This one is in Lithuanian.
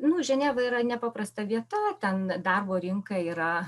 nu ženeva yra nepaprasta vieta ten darbo rinka yra